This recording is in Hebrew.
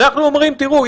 אנחנו אומרים: תראו,